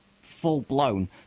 full-blown